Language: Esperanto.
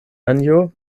anjo